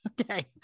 Okay